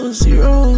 zero